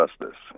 justice